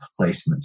placements